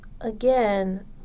again